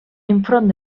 enfront